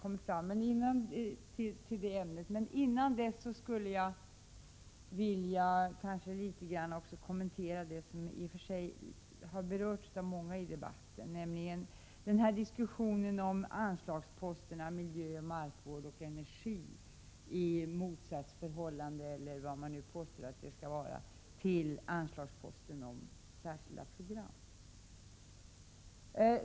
Men innan dess skulle jag vilja kommentera något som i och för sig har berörts av många i debatten, nämligen diskussionen om anslagsposten för miljö, markvård och energi, i förhållande till anslagsposten Särskilda program.